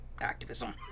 activism